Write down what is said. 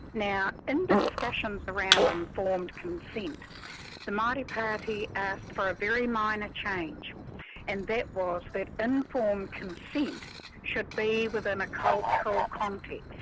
now in and the discussions around informed consent the maori party asked for a very minor change and that was that informed consent should be within a cultural context.